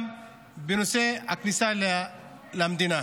בנושא הכניסה למדינה,